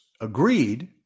agreed